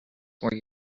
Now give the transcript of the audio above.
where